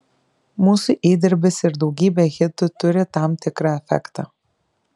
mūsų įdirbis ir daugybė hitų turi tam tikrą efektą